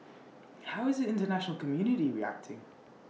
how is the International community reacting